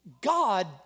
God